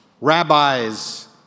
rabbis